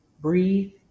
breathe